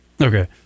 Okay